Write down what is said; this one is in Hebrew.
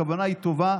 הכוונה טובה,